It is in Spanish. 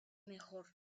mejor